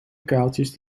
kuiltjes